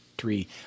three